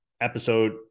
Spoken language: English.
episode